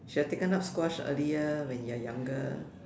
should have taken up squash earlier when you're younger